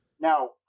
Now